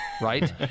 Right